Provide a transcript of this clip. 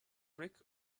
brick